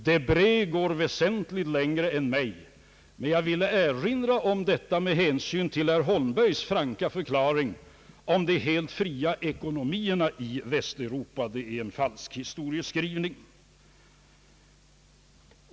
Debré går väl längre än jag. Jag har velat erinra om detta med hänsyn till herr Holmbergs franka förklaring om de helt fria ekonomierna i Västeuropa. Det är en falsk historieskrivning.